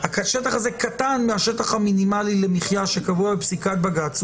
השטח הזה קטן מהשטח המינימלי למחיה שקבוע בפסיקת בג"ץ,